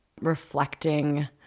reflecting